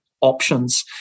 options